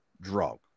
drug